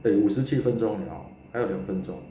eh 五十七分钟了还有两分钟